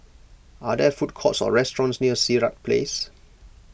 are there food courts or restaurants near Sirat Place